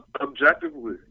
Objectively